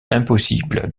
impossible